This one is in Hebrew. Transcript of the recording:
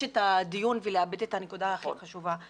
את הדיון ולאבד את הנקודה הכי חשובה.